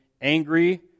angry